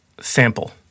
sample